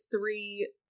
three